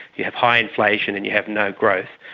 you have high inflation and you have no growth,